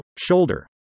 shoulder